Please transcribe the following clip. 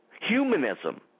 Humanism